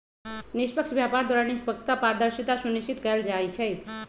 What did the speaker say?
निष्पक्ष व्यापार द्वारा निष्पक्षता, पारदर्शिता सुनिश्चित कएल जाइ छइ